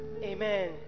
Amen